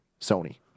Sony